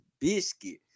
Biscuit